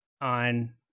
on